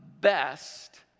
best